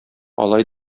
алай